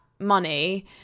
money